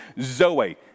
zoe